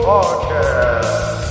Podcast